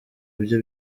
bye